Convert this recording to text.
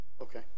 Okay